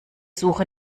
suche